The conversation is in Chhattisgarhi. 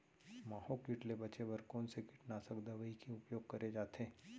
माहो किट ले बचे बर कोन से कीटनाशक दवई के उपयोग करे जाथे?